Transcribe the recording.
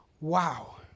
Wow